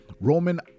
Roman